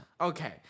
Okay